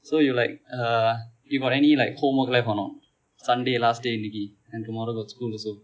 so you like uh you got any like homework left or not sunday last day இன்று:indru and tomorrow got school also